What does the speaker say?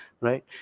right